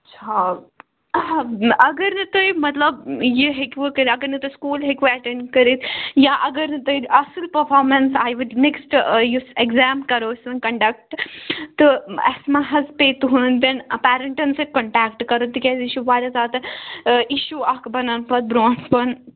اچھا اگر نہٕ تُہۍ مَطلَب یہِ ہیٚکو کٔرِتھ اگر نہٕ تُہۍ سکوٗل ہیٚکو ایٹینٛڈ کٔرِتھ یا اگر نہٕ تۅہہِ اَصٕل پٔرفارمیٚنٛس آیوٕ نیٚکٕسٹہٕ یُس ایٚکزام کرو أسۍ کَنٛڈَکٹہٕ تہٕ اسہِ ما حظ پیٚیہِ تُہُنٛدٮ۪ن پیرینٛٹَن سۭتۍ کَنٹیٚکٹہٕ کَرُن تِکیٛازِ یہِ چھُ واریاہ زیادٕ آ اِشوٗ اَکھ بَنان پَتہٕ برٛونٛہہ کُن